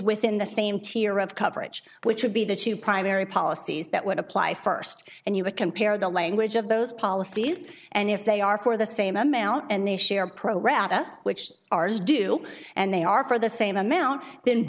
within the same tier of coverage which would be the two primary policies that would apply first and you would compare the language of those policies and if they are for the same amount and they share pro rata which ours do and they are for the same amount then